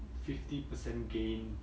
fifty percent gain